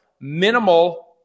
minimal